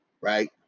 Right